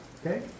Okay